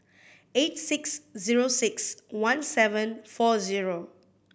eight six zero six one seven four zero